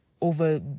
over